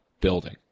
building